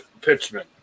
pitchman